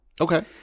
Okay